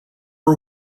are